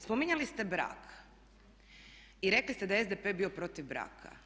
Spominjali ste brak i rekli ste da je SDP bio protiv braka.